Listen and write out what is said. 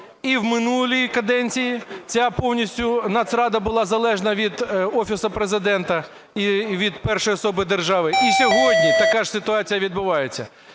І в минулій каденції ця повністю Нацрада була залежна від Офісу Президента і від першої особи держави, і сьогодні така ж ситуація відбувається.